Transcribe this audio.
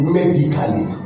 medically